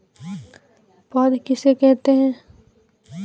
पौध किसे कहते हैं?